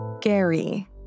Gary